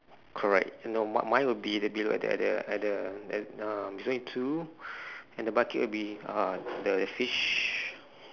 correct no m~ mine would be below at the at the um there's only two and the bucket would be uh the fish